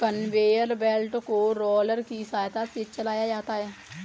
conveyor belt को roller की सहायता से चलाया जाता है